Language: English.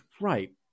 Right